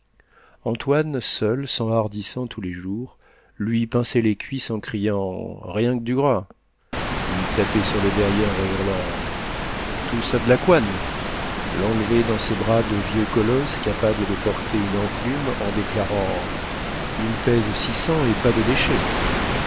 antoine seul s'enhardissant tous les jours lui pinçait les cuisses en criant rien qu'du gras lui tapait sur le derrière en hurlant tout ça d'la couenne l'enlevait dans ses bras de vieux colosse capable de porter une enclume en déclarant il pèse six cents et pas de déchet